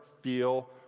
feel